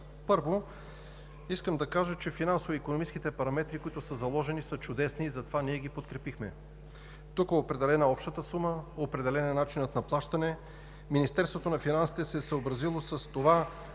Първо, искам да кажа, че финансово-икономическите параметри, които са заложени, са чудесни и затова ги подкрепихме. Тук е определена общата сума, определен е начинът на плащане. Министерството на финансите се е съобразило с това